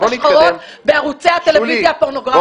השחורות בערוצי הטלוויזיה הפורנוגרפית.